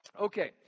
Okay